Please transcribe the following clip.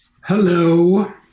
Hello